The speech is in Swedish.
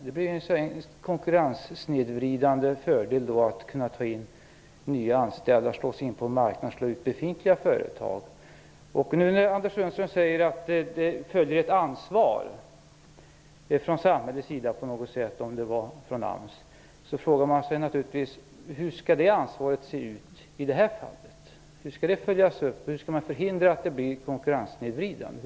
Det blir en konkurrenssnedvridande fördel att kunna ta in nya anställda, kunna slå sig in på en marknad och slå ut befintliga företag. När nu Anders Sundström säger att det finns ett ansvar från samhällets sida, eller om det var från AMS, frågar man sig naturligtvis: Hur skall det ansvaret se ut i det här fallet? Hur skall det följas upp? Hur skall man förhindra att det blir konkurrenssnedvridande?